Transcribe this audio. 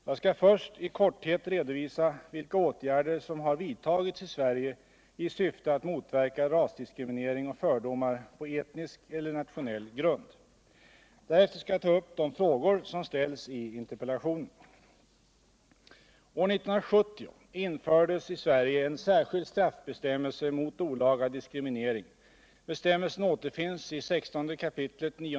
Jag skall först i korthet redovisa vilka åtgärder som har vidtagits i Sverige i syfte att motverka rasdiskriminering och fördomar på etnisk eller nationell grund.